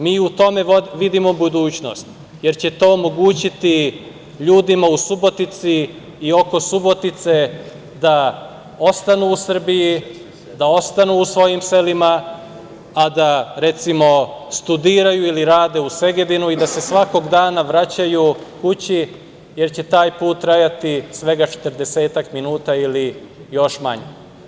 Mi u tome vidimo budućnost, jer će to omogućiti ljudima u Subotici i oko Subotice da ostanu u Srbiji, da ostanu u svojim selima, a da, recimo, studiraju ili rade u Segedinu i da se svakog dana vraćaju kući, jer će taj put trajati svega 40-ak minuta ili još manje.